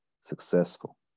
successful